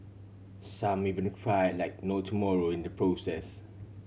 some even fly like no tomorrow in the process